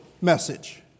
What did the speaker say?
message